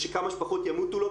ושכמה שפחות ימותו לו,